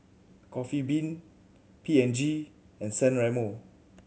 Coffee Bean P and G and San Remo